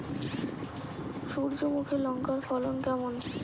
সূর্যমুখী লঙ্কার ফলন কেমন?